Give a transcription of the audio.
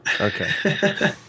Okay